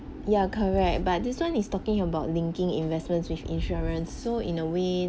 ya correct but this one is talking about linking investments with insurance so in a way